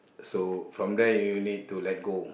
so from there you need to let go